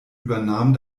übernahm